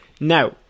Now